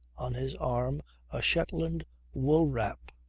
on his arm a shetland wool wrap.